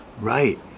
Right